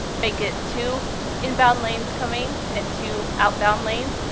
make it two inbound lanes coming and two outbound lanes.